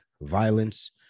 violence